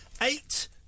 Eight